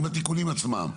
עם התיקונים עצמם.